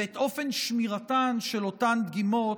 ואת אופן שמירתן של אותן דגימות,